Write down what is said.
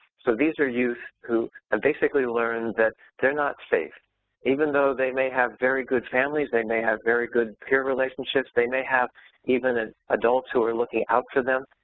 so these are youth who basically learn that they're not safe even though they may have very good families, they may have very good peer relationships, they may have even ah adults who are looking out for them,